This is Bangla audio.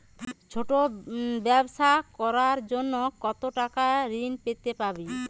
ছোট ব্যাবসা করার জন্য কতো টাকা ঋন পেতে পারি?